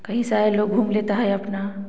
कई सारे लोग घूम लेता है अपना